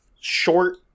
short